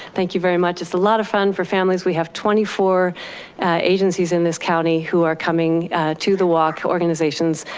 thank you very much, it's a lot of fun for families. we have twenty four agencies in this county who are coming to the walk, organizations,